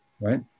right